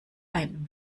ein